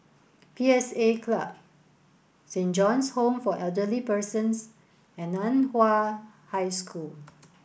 P S A Club Saint John's Home for Elderly Persons and Nan Hua High School